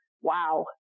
wow